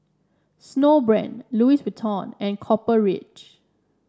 Snowbrand Louis Vuitton and Copper Ridge